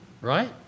right